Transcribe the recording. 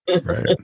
Right